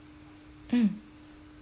mm